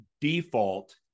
default